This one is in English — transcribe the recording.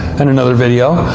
and another video.